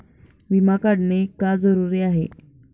विमा काढणे का जरुरी आहे?